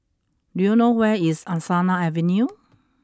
do you know where is Angsana Avenue